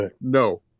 no